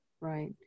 right